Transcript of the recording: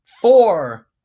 four